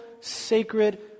sacred